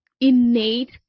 innate